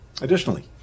Additionally